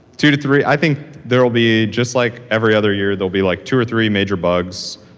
two to three i think there'll be, just like every other year, there'll be like two or three major bugs